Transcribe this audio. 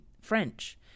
French